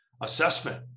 assessment